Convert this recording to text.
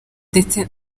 ndetse